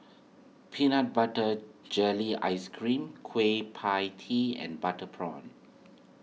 Peanut Butter Jelly Ice Cream Kueh Pie Tee and Butter Prawn